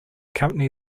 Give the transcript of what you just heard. company